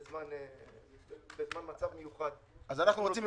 ובינתיים בזמן שעבר --- דווקא הפנייה של ינון אזולאי לא?